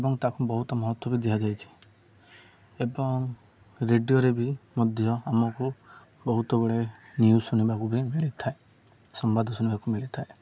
ଏବଂ ତାକୁ ବହୁତ ମହତ୍ତ୍ଵ ବି ଦିଆଯାଇଛିି ଏବଂ ରେଡ଼ିଓରେ ବି ମଧ୍ୟ ଆମକୁ ବହୁତ ଗୁଡ଼େ ନ୍ୟୁଜ୍ ଶୁଣିବାକୁ ବି ମିଳିଥାଏ ସମ୍ବାଦ ଶୁଣିବାକୁ ମିଳିଥାଏ